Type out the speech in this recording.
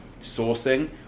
sourcing